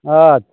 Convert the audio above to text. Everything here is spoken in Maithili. अच्छा